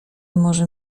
może